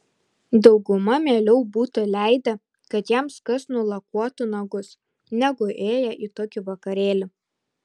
dauguma mieliau būtų leidę kad jiems kas nulakuotų nagus negu ėję į tokį vakarėlį